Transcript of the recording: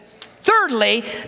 Thirdly